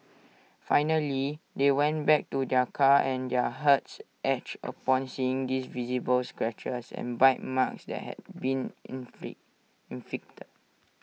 finally they went back to their car and their hearts ached upon seeing these visible scratches and bite marks that had been inflict inflicted